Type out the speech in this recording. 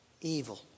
evil